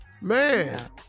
Man